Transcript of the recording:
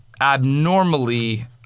Abnormally